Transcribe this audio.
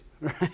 Right